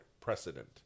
precedent